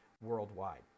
Worldwide